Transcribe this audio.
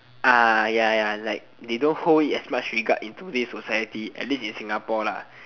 ya ya like they don't hold it as much regard in today's society at least to Singapore lah